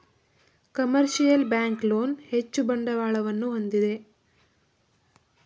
commercial bank loan ಹೆಚ್ಚು ಬಂಡವಾಳವನ್ನು ಹೊಂದಿದೆ